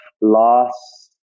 loss